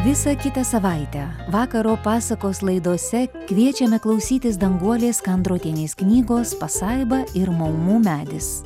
visą kitą savaitę vakaro pasakos laidose kviečiame klausytis danguolės kandrotienės knygos pasaiba ir maumų medis